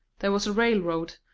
there was a railroad,